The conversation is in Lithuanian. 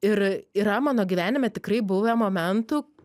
ir yra mano gyvenime tikrai buvę momentų